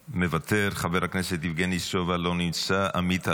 מוותר, חבר הכנסת יבגני סובה, לא נמצא, עמית הלוי,